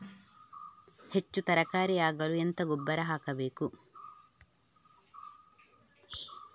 ಹೆಚ್ಚು ತರಕಾರಿ ಆಗಲು ಎಂತ ಗೊಬ್ಬರ ಹಾಕಬೇಕು?